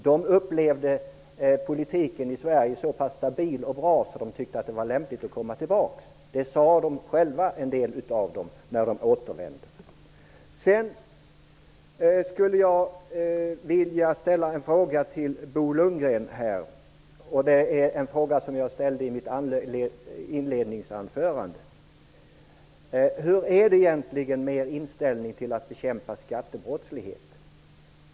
De upplevde att politiken i Sverige var så pass stabil och bra att de tyckte att det var lämpligt att komma tillbaka. Det sade en del av dem själva när de återvände. Lundgren. Det är en fråga som jag ställde i mitt inledningsanförande. Hur är det egentligen med er inställning till att bekämpa skattebrottslighet?